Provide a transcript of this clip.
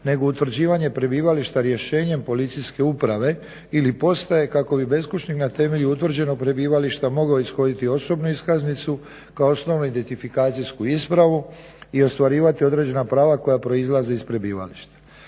nego utvrđivanje prebivališta rješenjem policijske uprave ili postaje kako bi beskućnik na temelju utvrđenog prebivališta mogao ishoditi osobnu iskaznicu kao osnovnu identifikacijsku ispravu i ostvarivati određena prava koja proizlaze iz prebivališta.